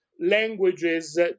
languages